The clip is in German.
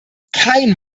kein